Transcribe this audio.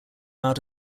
out